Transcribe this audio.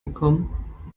gekommen